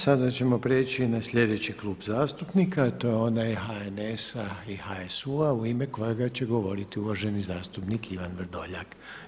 Sada ćemo prijeći na sljedeći klub zastupnika, a to je onaj HNS-a i HSU-a u ime kojega će govoriti uvaženi zastupnik Ivan Vrdoljak.